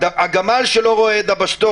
הגמל שלא רואה את דבשתו,